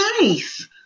nice